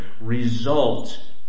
result